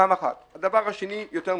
הדבר השני, יותר מזה,